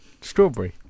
Strawberry